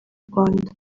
rwanda